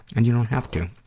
and you don't have to.